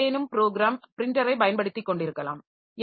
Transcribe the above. வேறு ஏதேனும் ப்ரோகிராம் பிரின்ட்டரை பயன்படுத்திக் காெண்டிருக்கலாம்